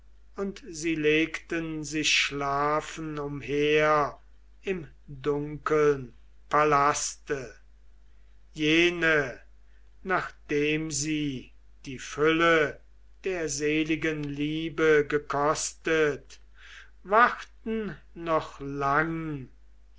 und sie legten sich schlafen umher im dunklen palaste jene nachdem sie die fülle der seligen liebe gekostet wachten noch lang